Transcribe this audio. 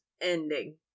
ending